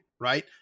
right